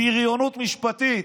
בריונות משפטית.